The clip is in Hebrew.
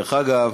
דרך אגב,